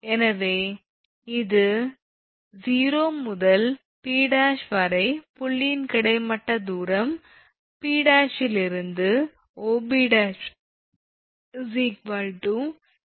எனவே இது 𝑂 முதல் 𝑃′ மற்றும் புள்ளியின் கிடைமட்ட தூரம் 𝐵′ திலிருந்து 𝑂𝐵′𝐿−𝑥1250−−123